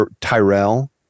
Tyrell